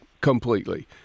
completely